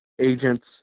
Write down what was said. agents